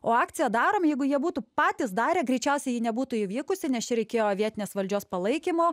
o akcija darom jeigu jie būtų patys darę greičiausiai ji nebūtų įvykusi nes čia reikėjo vietinės valdžios palaikymo